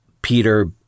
Peter